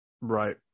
Right